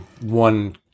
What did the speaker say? one